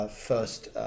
First